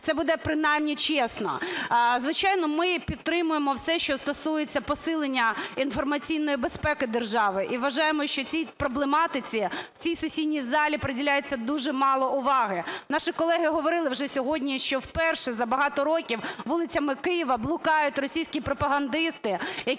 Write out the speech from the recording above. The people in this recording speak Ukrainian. Це буде принаймні чесно. Звичайно, ми підтримуємо все, що стосується посилення інформаційної безпеки держави і вважаємо, що цій проблематиці в цій сесійній залі приділяється дуже мало уваги. Наші колеги говорили вже сьогодні, що вперше за багато років вулицями Києва блукають російські пропагандисти, які